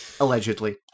Allegedly